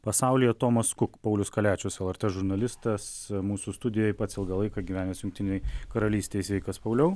pasaulyje tomas kuk paulius kaliačius lrt žurnalistas mūsų studijoje pats ilgą laiką gyvenęs jungtinėj karalystėj sveikas pauliau